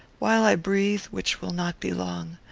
while i breathe, which will not be long,